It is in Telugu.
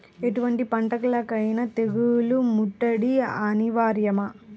ఎటువంటి పంటలకైన తెగులు ముట్టడి అనివార్యమా?